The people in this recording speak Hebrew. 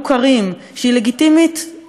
שהיא לגיטימית בעינינו,